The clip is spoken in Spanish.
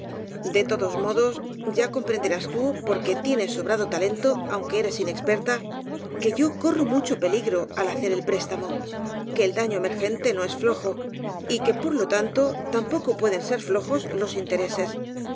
de todos modos ya comprenderás tú poi que tienes sobrado talento aunque eres inexperta que yo corro mucho peligro al hacer el préstamo que el daño emergente no es flojo y que por lo tanto tampoco pueden ser flojos los intereses